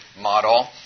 model